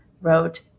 wrote